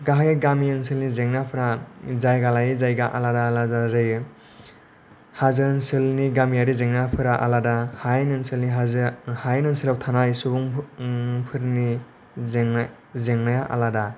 गाहायै गामि ओनसोलनि जेंनाफ्रा जायगा लायै जायगा आलादा आलादा जायो हाजो ओनसोलनि गामिआरि जेंनाफोरा आलादा हायेन ओनसोलनि हाजो हायेन ओनसोलाव थानाय सुबुंफोरनि जेंनाय जेंनाया आलादा